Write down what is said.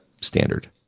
standard